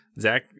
zach